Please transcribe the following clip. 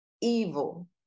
evil